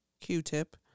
Q-Tip